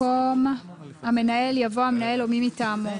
במקום "המנהל" יבוא "המנהל או מי מטעמו".